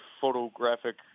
photographic